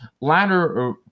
latter